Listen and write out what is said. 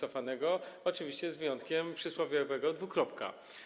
Oczywiście z wyjątkiem przysłowiowego dwukropka.